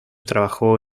trabajó